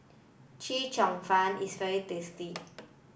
Chee Cheong Fun is very tasty